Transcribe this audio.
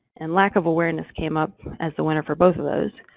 and lack of awareness came up as the winner for both of those,